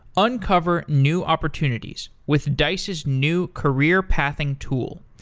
uncover new opportunities with dice's new career-pathing tool,